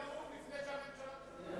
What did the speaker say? הוא יגמור את הנאום לפני שהממשלה תגיע.